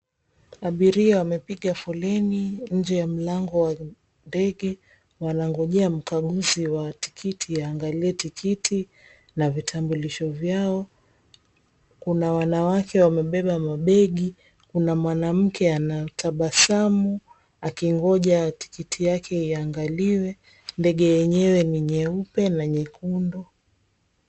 Abiria 𝑤amepiga foleni nje ya mlango wa ndege, wanangojea mkaguzi wa tikiti aangalie tikiti na vitambulisho vyao. Kuna wanawake wamebeba mabegi, kuna mwanamke anatabasamu akingoja tikiti yake iangaliwe. Ndege yenyewe ni nyeupe na nyekundu.